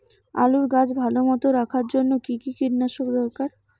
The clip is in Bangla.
আলুর গাছ ভালো মতো রাখার জন্য কী কী কীটনাশক দরকার?